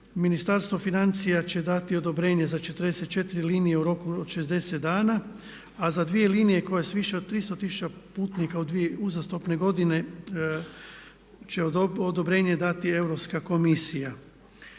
Ministarstvo financija će dati odobrenje za 44 linije u roku od 60 dana a za dvije linije koje sa više od 300 tisuća putnika u dvije uzastopne godine će odobrenje dati Europska komisija.